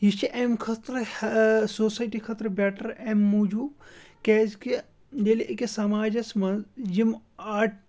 یہِ چھِ اَمہِ خٲطرٕ سوسایٹی خٲطرٕ بٮ۪ٹَر اَمہِ موٗجوٗب کیٛازکہِ ییٚلہِ أکِس سماجَس منٛز یِم آٹ